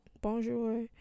bonjour